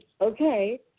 okay